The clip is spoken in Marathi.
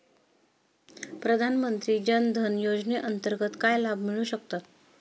प्रधानमंत्री जनधन योजनेअंतर्गत काय लाभ मिळू शकतात?